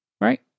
Right